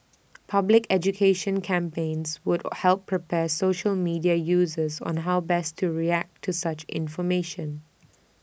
public education campaigns would help prepare social media users on how best to react to such information